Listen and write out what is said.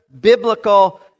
biblical